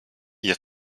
ihr